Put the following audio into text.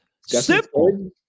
Simple